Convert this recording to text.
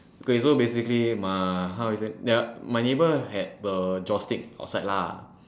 okay so basically my how we say the my neighbour had the joss stick outside lah